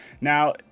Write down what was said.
now